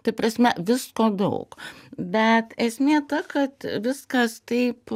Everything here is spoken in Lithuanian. tai prasme visko daug bet esmė ta kad viskas taip